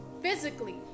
physically